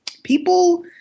People